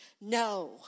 No